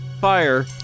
Fire